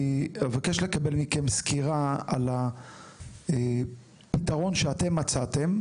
אני אבקש לקבל מכם סקירה על הפתרון שאתם מצאתם,